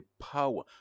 power